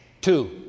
Two